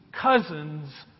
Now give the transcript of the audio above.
cousin's